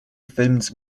films